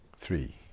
three